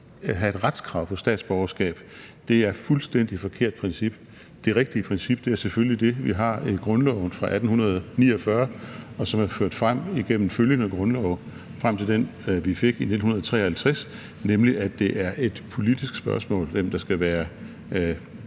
at have et retskrav på statsborgerskab er et fuldstændig forkert princip. Det rigtige princip er selvfølgelig det, vi har i grundloven fra 1849, og som er ført frem igennem følgende grundlove frem til den, vi fik i 1953, nemlig at det er et politisk spørgsmål, hvem der skal være